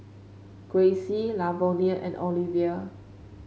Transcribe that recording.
Grayce Lavonia and Olivia